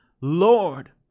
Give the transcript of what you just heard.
Lord